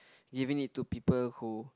giving it to people who